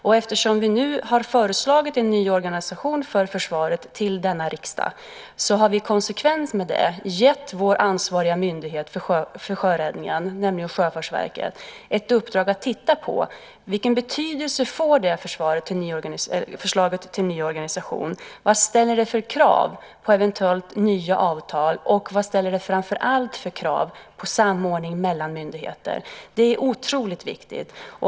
Vi har till denna riksdag lämnat förslag till ny organisation för försvaret och i konsekvens med det gett vår ansvariga myndighet för sjöräddningen, nämligen Sjöfartsverket, ett uppdrag att titta på vilken betydelse förslaget till ny organisation får, vilka krav på eventuella nya avtal det ställer och framför allt vilka krav det ställer på samordning mellan myndigheter. Det är otroligt viktigt.